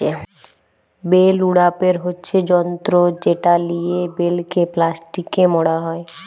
bell উড়াপের হচ্যে যন্ত্র যেটা লিয়ে বেলকে প্লাস্টিকে মড়া হ্যয়